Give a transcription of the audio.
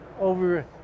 over